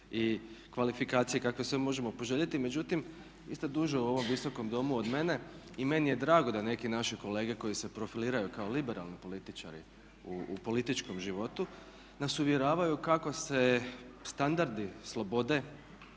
i kvalifikacije kakve samo možemo poželjeti, međutim vi ste duže u ovom Visokom domu od mene i meni je drago da neki naši kolege koji se profiliraju kao liberalni političari u političkom životu nas uvjeravaju kako se standardi slobode,